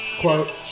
quote